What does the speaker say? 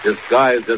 disguised